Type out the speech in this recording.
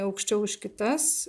aukščiau už kitas